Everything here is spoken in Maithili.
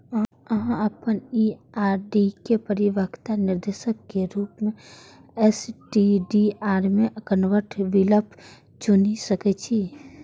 अहां अपन ई आर.डी के परिपक्वता निर्देश के रूप मे एस.टी.डी.आर मे कन्वर्ट विकल्प चुनि सकै छी